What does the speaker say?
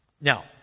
Now